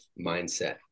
mindset